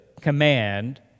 command